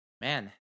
man